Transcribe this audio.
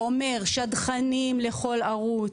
זה אומר: שדכנים לכל ערוץ,